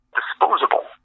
disposable